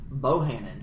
Bohannon